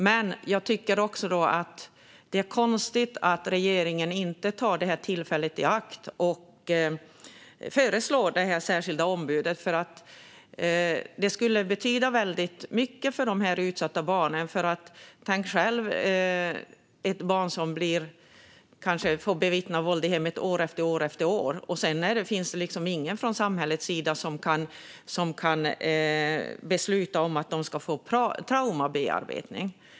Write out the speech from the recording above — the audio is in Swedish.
Men jag tycker också att det är konstigt att regeringen inte tar tillfället i akt att föreslå det här särskilda ombudet, för det skulle betyda väldigt mycket för de utsatta barnen. Tänk själv - ett barn kanske får bevittna våld i hemmet år efter år efter år, men sedan finns det ingen från samhällets sida som kan besluta att det ska få traumabearbetning.